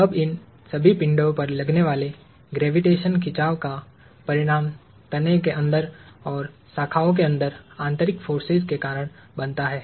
अब इन सभी पिंडों पर लगने वाले ग्रेविटेशन खिंचाव का परिणाम तने के अंदर और शाखाओं के अंदर आतंरिक फोर्सेज के कारण बनता है